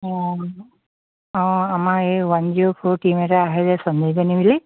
অঁ অঁ আমাৰ এই ওৱান জিৰ' ফ'ৰ টিম এটা আহে যে সঞ্জীৱনী বুলি